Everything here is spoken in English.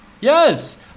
Yes